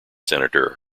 senator